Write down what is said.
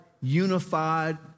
unified